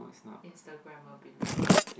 Instagram ability